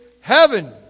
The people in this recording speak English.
heaven